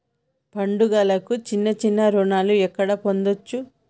పండుగలకు చిన్న చిన్న రుణాలు ఎక్కడ పొందచ్చు?